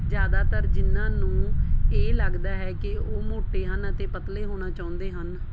ਜ਼ਿਆਦਾਤਰ ਜਿਹਨਾਂ ਨੂੰ ਇਹ ਲੱਗਦਾ ਹੈ ਕਿ ਉਹ ਮੋਟੇ ਹਨ ਅਤੇ ਪਤਲੇ ਹੋਣਾ ਚਾਹੁੰਦੇ ਹਨ